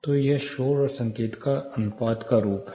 तो यह शोर और संकेत का अनुपात का रूप है